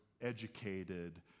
educated